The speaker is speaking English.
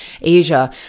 Asia